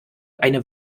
eine